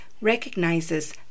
recognizes